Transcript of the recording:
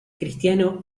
cristiano